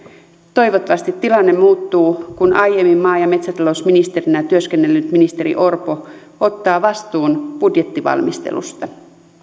toivottavasti tilanne muuttuu kun aiemmin maa ja metsätalousministerinä työskennellyt ministeri orpo ottaa vastuun budjettivalmistelusta